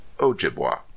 Ojibwa